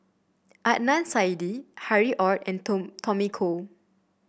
Adnan Saidi Harry Ord and Tom Tommy Koh